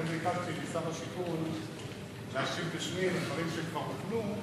לכן ביקשתי משר השיכון להשיב בשמי על דברים שכבר הוכנו,